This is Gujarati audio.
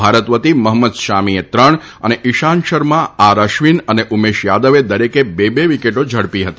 ભારત વતી મહંમદ શામીએ ત્રણ અને ઇશાન્ત શર્મા આર અશ્વીન અને ઉમેશ યાદવે દરેકે બે બે વિકેટો ઝડપી હતી